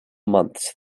months